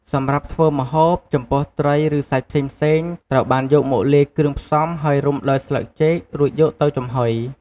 សម្រាប់ធ្វើម្ហូប ចំពោះត្រី ឬសាច់ផ្សេងៗ ត្រូវបានយកមកលាយគ្រឿងផ្សំ ហើយរុំដោយស្លឹកចេក រួចយកទៅចំហុយ។